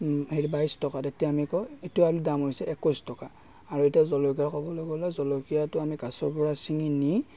হেৰি বাইছ টকা তেতিয়া আমি কওঁ এইটো আৰু দাম হৈছে একৈছ টকা আৰু এতিয়া জলকীয়াৰ ক'বলৈ গ'লে জলকীয়াটো আমি গছৰ পৰাই ছিঙি নি